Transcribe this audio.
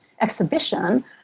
exhibition